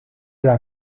las